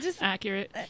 accurate